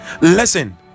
listen